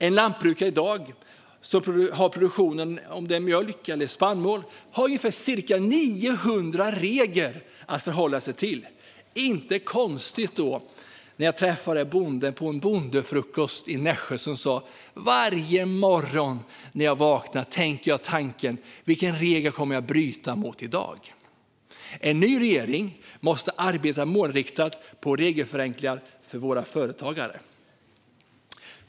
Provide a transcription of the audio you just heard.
En lantbrukare som i dag har produktion av till exempel mjölk eller spannmål har ca 900 regler att förhålla sig till. Inte konstigt då att en bonde jag träffade på en bondefrukost i Nässjö sagt att varje morgon när man vaknar tänker man tanken: Vilken regel kommer jag att bryta mot i dag? En ny regering måste arbeta målinriktat med regelförenklingar för våra företagare.